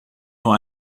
nur